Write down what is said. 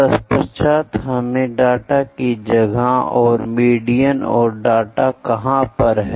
तत्पश्चात हमें डाटा की जगह और मीडियन और डाटा कहां पर है